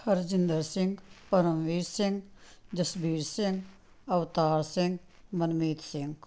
Harjinder Singh Paramvir Singh Jasvir Singh Avtar Singh Manmeet Singh